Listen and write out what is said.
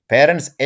Parents